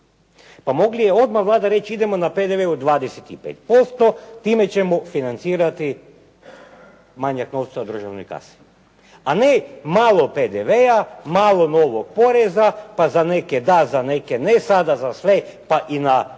A mogla je odmah Vlada reći idemo na PDV od 25%, time ćemo financirati manjak novca u državnoj kasi. A ne malo PDV-a, malo novog poreza, pa za neke da, za neke ne, sada za sve, pa i na štednju